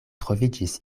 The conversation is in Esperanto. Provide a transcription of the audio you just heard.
troviĝis